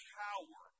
power